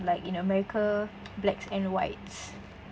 like in america blacks and whites